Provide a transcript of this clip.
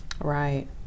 right